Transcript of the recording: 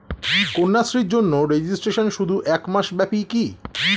কন্যাশ্রীর জন্য রেজিস্ট্রেশন শুধু এক মাস ব্যাপীই কি?